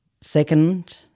Second